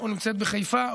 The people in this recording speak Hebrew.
או נמצאת בחיפה,